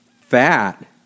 Fat